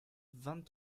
vingt